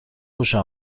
خوشم